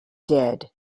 dead